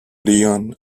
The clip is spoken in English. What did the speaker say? lyon